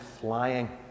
flying